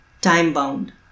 time-bound